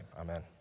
amen